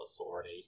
authority